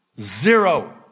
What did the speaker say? Zero